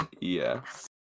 Yes